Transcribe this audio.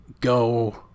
go